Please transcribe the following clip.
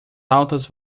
altas